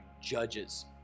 judges